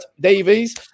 Davies